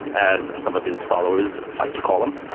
as some of his followers like to call him,